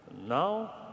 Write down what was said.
Now